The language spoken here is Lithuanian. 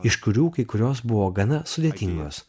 iš kurių kai kurios buvo gana sudėtingos